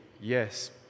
yes